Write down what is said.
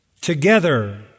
together